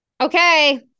Okay